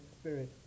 spirit